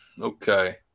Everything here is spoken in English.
Okay